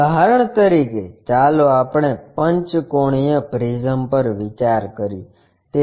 ઉદાહરણ તરીકે ચાલો આપણે પંચકોણિય પ્રિઝમ પર વિચાર કરીએ